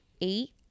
eight